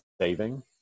saving